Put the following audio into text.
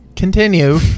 Continue